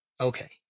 Okay